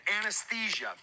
anesthesia